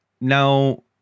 now